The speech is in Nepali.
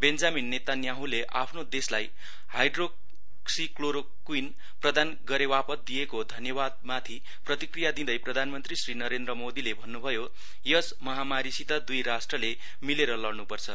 बेञ्जामीन नेतान्याहुले आफ्नो देशलाई हाइड्रोक्सिक्लोरोक्वइन प्रदान गरेवापत दिएको धन्यवादमाथी प्रतिक्रिया दिँदै प्रधामन्त्री श्री नरेन्द्र मोदीले भन्नुभयो यस महामारीसित दुई राष्ट्रले मिलेर लड़नुपर्छ